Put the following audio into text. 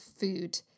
food